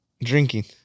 drinking